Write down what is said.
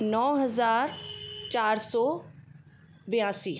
नौ हज़ार चार सौ बयासी